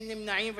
אין נמנעים.